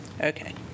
Okay